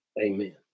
Amen